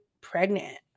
pregnant